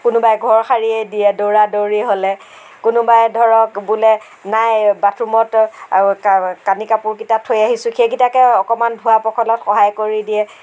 কোনোবাই ঘৰ সাৰিয়েই দিয়ে দৌৰা দৌৰি হ'লে কোনোবাই ধৰক বোলে নাই বাথৰুমত আৰু কানি কাপোৰ কেইটা থৈ আহিছোঁ সেইকেইটাকে অকণমান ধোৱা পখলাত সহায় কৰি দিয়ে